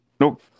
Nope